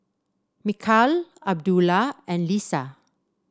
Mikhail Abdullah and Lisa